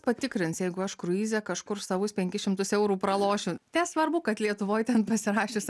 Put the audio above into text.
patikrins jeigu aš kruize kažkur savus penkis šimtus eurų pralošiu nesvarbu kad lietuvoj ten pasirašius